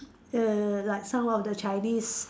err like some of the Chinese